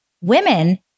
women